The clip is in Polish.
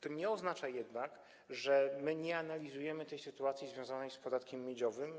To nie oznacza jednak, że nie analizujemy sytuacji związanej z podatkiem miedziowym.